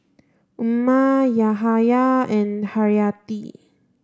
Umar Yahaya and Haryati